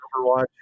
Overwatch